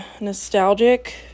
nostalgic